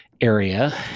area